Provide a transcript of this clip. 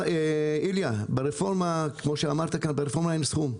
איליה, ברפורמה אין סכום.